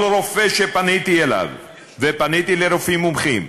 כל רופא שפניתי אליו, ופניתי לרופאים מומחים,